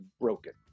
broken